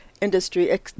industry